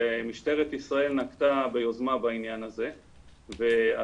משטרת ישראל נקטה ביוזמה בעניין הזה ועשתה